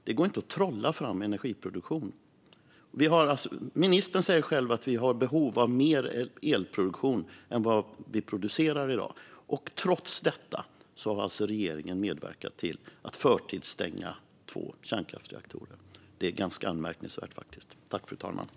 Det går inte att trolla fram energiproduktion. Ministern säger själv att vi har behov av mer elproduktion än vad vi producerar i dag. Trots detta har regeringen medverkat till att förtidsstänga två kärnkraftsreaktorer. Det är faktiskt ganska anmärkningsvärt.